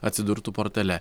atsidurtų portale